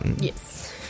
Yes